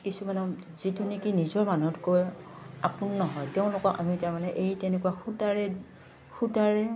কিছুমানক যিটো নেকি নিজৰ মানুহতকৈ আপোন নহয় তেওঁলোকক আমি তাৰমানে এই তেনেকুৱা সূতাৰে সূতাৰে